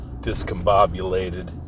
discombobulated